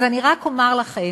אז אני רק אומר לכם